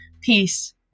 peace